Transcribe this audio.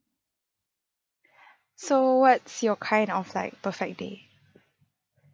so what's your kind of like perfect day